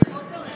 לא צריך,